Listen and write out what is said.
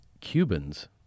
Cubans